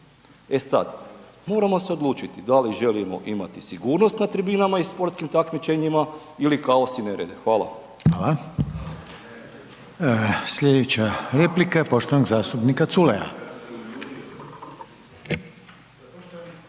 E sada, moramo se odlučiti da li želimo imati sigurnost na tribinama i sportskim takmičenjima ili kaos i nerede. Hvala. **Reiner, Željko (HDZ)** Hvala. Sljedeća replika je poštovanog zastupnika Culeja.